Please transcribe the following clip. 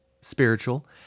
spiritual